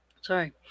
Sorry